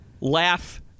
laugh